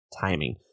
timing